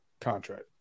contract